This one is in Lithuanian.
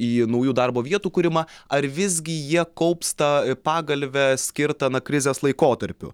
į naujų darbo vietų kūrimą ar visgi jie kaups tą pagalvę skirtą na krizės laikotarpiu